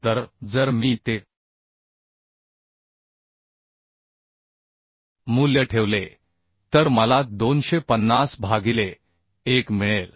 तर जर मी ते मूल्य ठेवले तर मला 250 भागिले 1 मिळेल